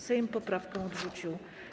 Sejm poprawkę odrzucił.